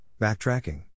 Backtracking